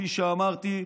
כפי שאמרתי,